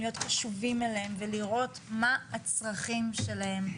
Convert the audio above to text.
להיות קשובים אליהם ולראות מה הצרכים שלהם.